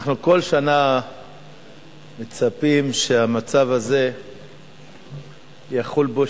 אנחנו כל שנה מצפים שהמצב הזה יחול בו